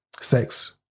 sex